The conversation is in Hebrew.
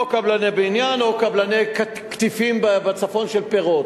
או קבלני בניין או קבלני קטיף בצפון, של פירות.